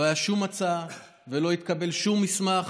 לא הייתה שום הצעה ולא התקבל שום מסמך.